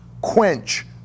quench